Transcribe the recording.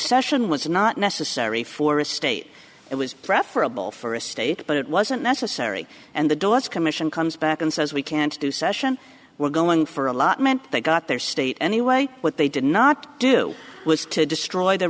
session was not necessary for a state it was preferable for a state but it wasn't necessary and the doors commission comes back and says we can't do session we're going for allotment they got their state anyway what they did not do was to destroy the